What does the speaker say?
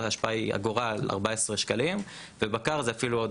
ההשפעה היא אגורה על 14 שקלים.